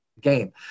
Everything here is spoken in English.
game